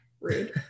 Rude